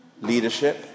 leadership